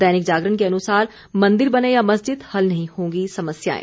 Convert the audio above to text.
दैनिक जागरण के अनुसार मंदिर बने या मस्जिद हल नहीं होंगी समस्याएं